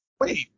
wait